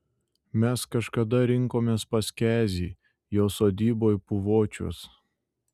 mes kažkada rinkomės pas kezį jo sodyboj puvočiuos